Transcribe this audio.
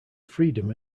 freedom